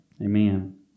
Amen